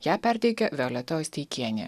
ją perteikia violeta osteikienė